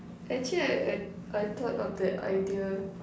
actually I I I thought of the idea